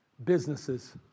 businesses